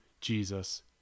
Jesus